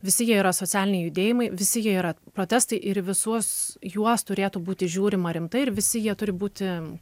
visi jie yra socialiniai judėjimai visi jie yra protestai ir į visus juos turėtų būti žiūrima rimtai ir visi jie turi būti